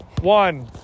one